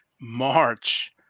March